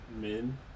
men